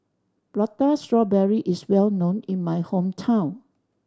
Prata Strawberry is well known in my hometown